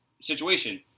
situation